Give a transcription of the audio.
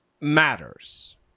matters